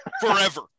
forever